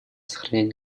сохранять